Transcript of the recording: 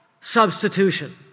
substitution